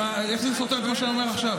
איך זה סותר את מה שאני אומר עכשיו?